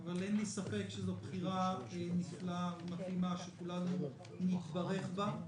אין לי ספק שזו בחירה נפלאה ומתאימה שכולנו נתברך בה.